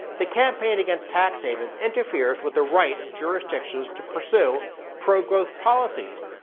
the campaign against tax havens interferes with the right of jurisdictions to pursue pro-growth policies,